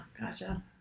gotcha